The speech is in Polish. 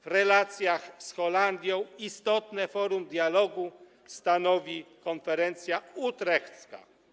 W relacjach z Holandią istotne forum dialogu stanowi Konferencja Utrechcka.